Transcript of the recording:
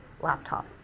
laptop